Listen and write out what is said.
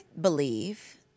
believe